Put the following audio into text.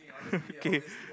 K